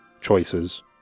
choices